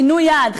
שינו יעד,